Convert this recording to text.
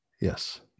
Yes